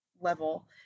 level